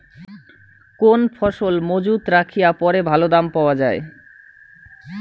কোন ফসল মুজুত রাখিয়া পরে ভালো দাম পাওয়া যায়?